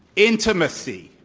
intimacy,